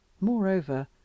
moreover